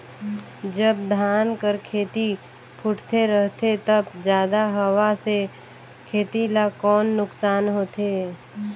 जब धान कर खेती फुटथे रहथे तब जादा हवा से खेती ला कौन नुकसान होथे?